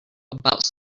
about